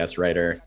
writer